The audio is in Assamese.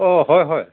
অ' হয় হয়